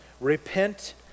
repent